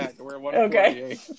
okay